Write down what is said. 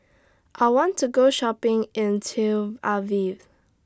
I want to Go Shopping in Tel Aviv